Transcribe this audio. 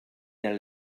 der